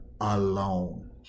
alone